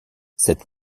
cette